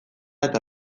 eta